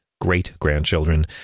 great-grandchildren